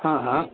हा हा